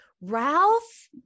Ralph